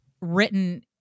written